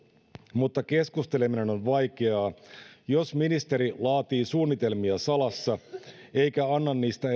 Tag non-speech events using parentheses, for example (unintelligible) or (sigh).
mutta keskusteleminen on vaikeaa jos ministeri laatii suunnitelmia salassa eikä anna niistä (unintelligible)